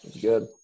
Good